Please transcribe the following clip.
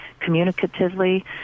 communicatively